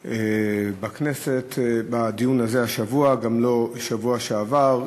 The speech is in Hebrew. בכנסת בדיון הזה השבוע וגם לא בשבוע שעבר,